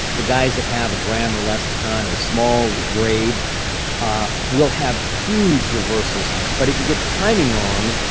the guys that have a gram or less a ton or small grades will have huge reversals. but if you get the timing wrong,